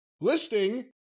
listing